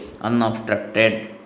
unobstructed